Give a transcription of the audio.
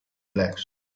relaxed